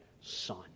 son